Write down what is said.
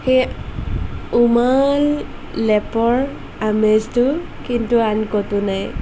সেই উমাল লেপৰ আমেজটো কিন্তু আন ক'তো নাই